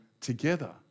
together